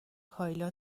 کایلا